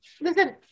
Listen